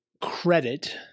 credit